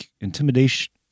intimidation